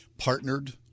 partnered